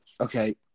Okay